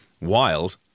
wild